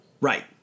Right